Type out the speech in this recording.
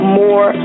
more